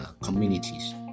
communities